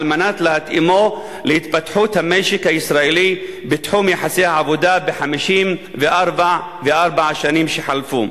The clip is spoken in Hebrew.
מנת להתאימו להתפתחות המשק הישראלי בתחום יחסי העבודה ב-54 השנים שחלפו.